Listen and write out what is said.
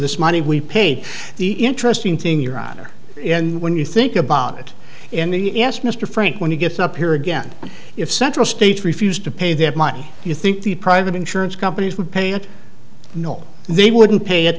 this money we pay the interesting thing your honor and when you think about it in the ass mr frank when you get up here again if central states refused to pay that money do you think the private insurance companies would pay it no they wouldn't pay it